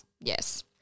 yes